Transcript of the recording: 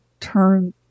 turn